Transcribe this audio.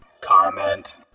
Comment